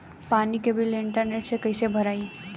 पानी के bill internet से कइसे भराई?